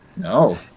No